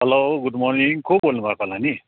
हलो good morning को बोल्नुभएको होला नि